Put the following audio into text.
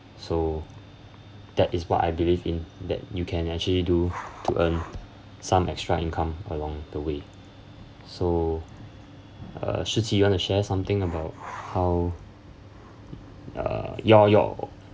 so that is what I believe in that you can actually do to earn some extra income along the way so uh shi qi you want to share something about how uh your your